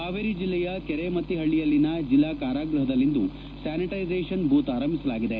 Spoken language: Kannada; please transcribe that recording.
ಹಾವೇರಿ ಜೆಲ್ಲೆಯ ಕೆರೆಮತ್ತಿಪಳ್ಳಿಯಲ್ಲಿನ ಜೆಲ್ಲಾ ಕಾರಾಗೃಹದಲ್ಲಿಂದು ಸ್ಥಾನಿಟೈಸೇಶನ್ ಬೂತ್ ಆರಂಭಿಸಲಾಗಿದೆ